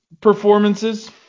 performances